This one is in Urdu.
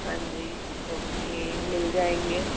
ہانجی اوکے مل جائیں گے